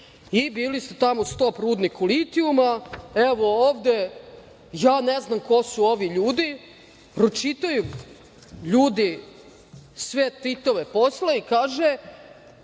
i bili ste tamo „Stop rudniku litijuma“, evo ovde, ja ne znam ko su ovi ljudi, pročitaju ljudi sve „tvitove“ posle i kaže